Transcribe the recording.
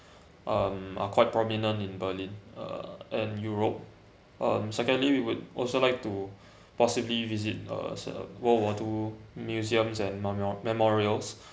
um are quite prominent in berlin uh and europe um secondly we would also like to possibly visit a world war two museums and memo~ memorials